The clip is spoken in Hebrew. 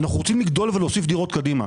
אנחנו רוצים לגדול ולהוסיף דירות קדימה.